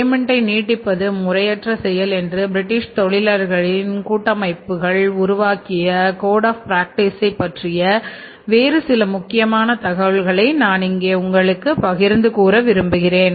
பேமென்ட்டை பற்றிய வேறு சில முக்கியமான தகவல்களை நான் இங்கே உங்களுக்கு பகிர்ந்து கூற விரும்புகிறேன்